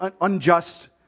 unjust